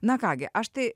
na ką gi aš tai